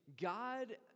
God